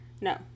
No